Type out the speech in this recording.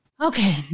Okay